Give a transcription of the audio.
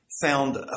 found